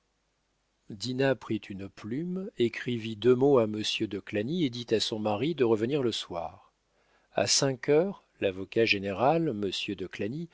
dinah prit une plume écrivit deux mots à monsieur de clagny et dit à son mari de revenir le soir a cinq heures lavocat général